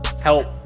help